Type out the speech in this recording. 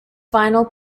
final